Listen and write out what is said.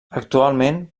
actualment